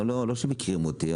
לא שמכירים אותי,